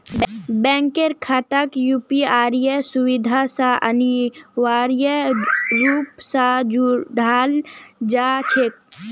बैंकेर खाताक यूपीआईर सुविधा स अनिवार्य रूप स जोडाल जा छेक